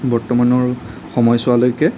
বৰ্তমানৰ সময়চোৱালৈকে